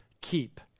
keep